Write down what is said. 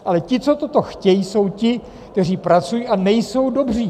Ale ti, co toto chtějí, jsou ti, kteří pracují a nejsou dobří.